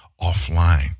offline